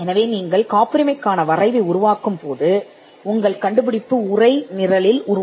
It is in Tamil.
எனவே நீங்கள் காப்புரிமையை உருவாக்கும்போது கண்டுபிடிப்பு உரைநடையில் உள்ளது